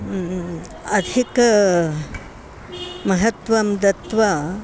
अधिकं महत्वं दत्वा